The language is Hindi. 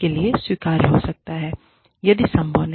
के लिए स्वीकार्य हो सकता है यदि सभी नहीं